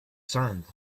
sand